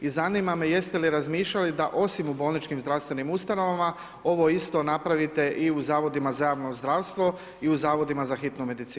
I zanima me jeste li razmišljali da osim u bolničkim zdravstvenim ustanovama, ovo isto napravite i u zavodima za javno zdravstvo i u zavodima za hitnu medicinu.